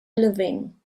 living